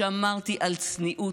שמרתי על צניעות.